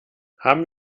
haben